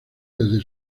desde